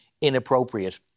inappropriate